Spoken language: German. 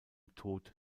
tod